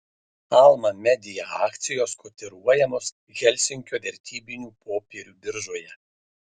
alma media akcijos kotiruojamos helsinkio vertybinių popierių biržoje